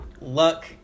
luck